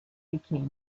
became